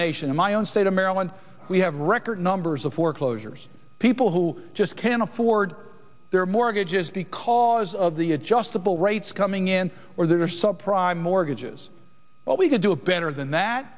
nation in my own state of maryland we have record numbers of foreclosures people who just can't afford their mortgages because of the adjustable rates coming in or there are some prime mortgages but we could do a better than that